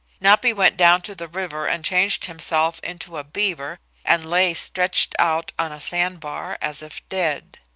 napi went down to the river and changed himself into a beaver and lay stretched out on a sandbar, as if dead.